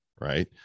right